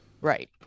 Right